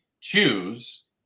choose